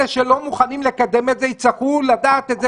אלה שלא מוכנים לקדם את זה יצטרכו לדעת את זה,